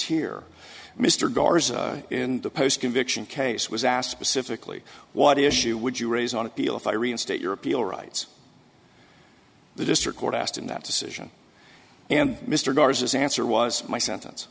here mr garza in the post conviction case was asked specifically what issue would you raise on appeal if i reinstate your appeal rights the district court asked in that decision and mr garza's answer was my sentence